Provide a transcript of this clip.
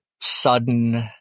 sudden